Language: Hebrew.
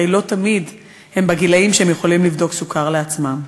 הרי לא תמיד הם בגילים שהם יכולים לבדוק סוכר לעצמם.